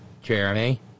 Jeremy